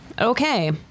Okay